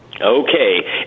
Okay